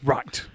Right